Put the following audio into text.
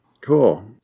Cool